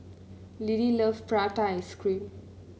Lidie loves Prata Ice Cream